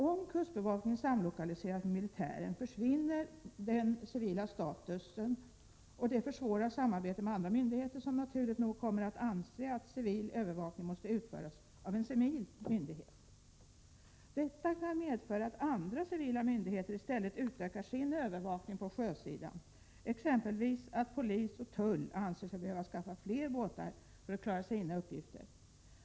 Om kustbevakningen samlokaliseras med militären försvinner den civila statusen, och det försvårar samarbetet med andra myndigheter, som naturligt nog kommer att anse att civil övervakning måste utföras av en civil myndighet. Detta kan medföra att andra civila myndigheter i stället utökar sin övervakning på sjösidan. Polis och tull kan t.ex. anse sig behöva skaffa fler båtar för att klara sina uppgifter.